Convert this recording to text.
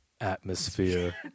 Atmosphere